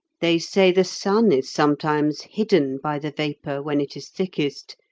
they say the sun is sometimes hidden by the vapour when it is thickest,